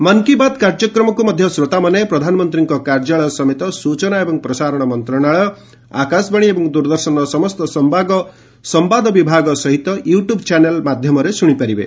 ମନ୍ କୀ ବାତ୍ କାର୍ଯ୍ୟକ୍ରମକ୍ତ ମଧ୍ୟ ଶ୍ରୋତାମାନେ ପ୍ରଧାନମନ୍ତ୍ରୀଙ୍କ କାର୍ଯ୍ୟାଳୟ ସମେତ ସ୍ଚନା ଏବଂ ପ୍ରସାରଣ ମନ୍ତଶାଳୟ ଆକାଶବାଣୀ ଏବଂ ଦ୍ୱରଦର୍ଶନର ସମସ୍ତ ସମ୍ଭାଦ ବିଭାଗ ସହିତ ୟୁଟ୍ୟୁବ୍ ଚ୍ୟାନେଲ୍ ମାଧ୍ୟମରେ ଶ୍ରଶିପାରିବେ